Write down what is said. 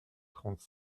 trente